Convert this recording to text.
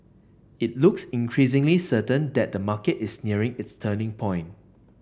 it looks increasingly certain that the market is nearing its turning point